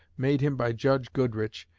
made him by judge goodrich,